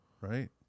right